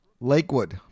Lakewood